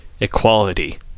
equality